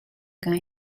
can